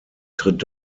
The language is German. tritt